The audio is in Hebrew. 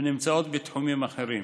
ונמצאות בתחומים אחרים.